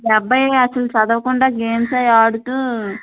మీ అబ్బాయి అసలు చదవకుండా గేమ్స్ అవి ఆడుతూ